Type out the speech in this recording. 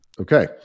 Okay